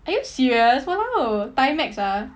are you serious !walao! timex ah